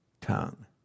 tongue